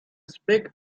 speak